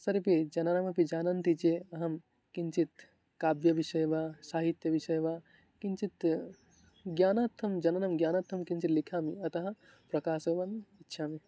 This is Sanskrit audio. सर्वेषां जनानाम् अपि जानन्ति चे अहं किञ्चित् काव्यविषये वा साहित्यविषये वा किञ्चित् ज्ञानार्थं जनानां ज्ञानार्थं किञ्चित् लिखामि अतः प्रकाशनम् इच्छामि